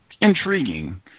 Intriguing